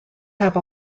have